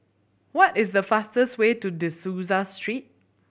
what is the fastest way to De Souza Street